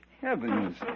heavens